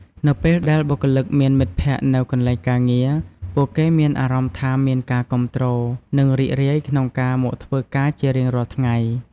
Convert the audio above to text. នៅពេលដែលបុគ្គលិកមានមិត្តភក្តិនៅកន្លែងការងារ ពួកគេមានអារម្មណ៍ថាមានការគាំទ្រ និងរីករាយក្នុងការមកធ្វើការជារៀងរាល់ថ្ងៃ។